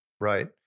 Right